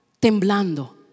temblando